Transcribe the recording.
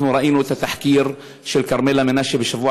אנחנו ראינו את התחקיר של כרמלה מנשה בשבוע